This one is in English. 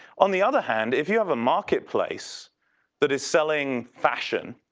on the other hand, if you have a marketplace that is selling fashion.